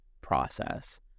process